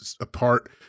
apart